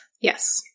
Yes